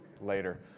later